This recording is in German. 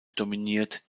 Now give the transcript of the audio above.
dominiert